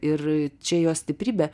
ir čia jos stiprybė